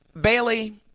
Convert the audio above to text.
Bailey